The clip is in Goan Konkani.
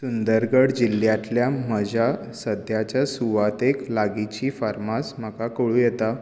सुंदरगड जिल्ल्यांतल्या म्हज्या सद्याच्या सुवातेक लागींची फार्मास म्हाका कळूं येता